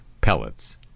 pellets